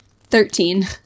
Thirteen